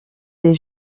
des